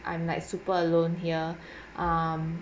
I'm like super alone here um